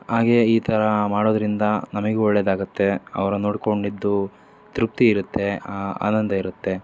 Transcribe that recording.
ಹಾಗೇ ಈ ಥರ ಮಾಡೋದರಿಂದ ನಮಗೂ ಒಳ್ಳೆಯದಾಗುತ್ತೆ ಅವರ ನೋಡಿಕೊಂಡಿದ್ದು ತೃಪ್ತಿಯಿರುತ್ತೆ ಆ ಆನಂದ ಇರುತ್ತೆ